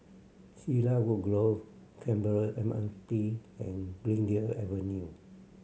Cedarwood Grove Canberra M R T and Greendale Avenue